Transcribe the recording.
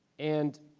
and